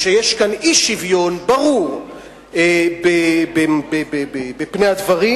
וכשיש כאן אי-שוויון ברור בפני הדברים,